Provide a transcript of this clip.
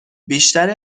بیشتر